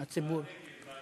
הציבור.